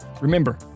Remember